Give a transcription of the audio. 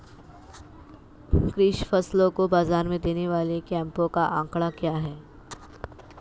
कृषि फसलों को बाज़ार में देने वाले कैंपों का आंकड़ा क्या है?